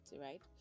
right